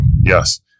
Yes